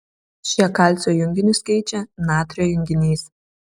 šie kalcio junginius keičia natrio junginiais